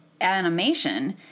animation